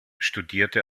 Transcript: studierte